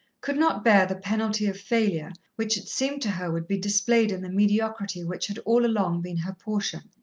could not bear the penalty of failure which it seemed to her would be displayed in the mediocrity which had all along been her portion.